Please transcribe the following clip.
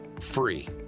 free